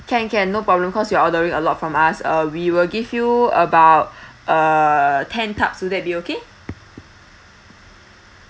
can can no problem cause you are ordering a lot from us uh we will give you about uh ten tubs will that be okay